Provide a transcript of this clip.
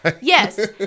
Yes